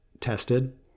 tested